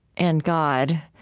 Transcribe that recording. and god